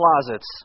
closets